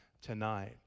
tonight